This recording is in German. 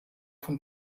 von